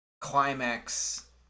climax